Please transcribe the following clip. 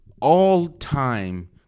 all-time